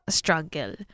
struggle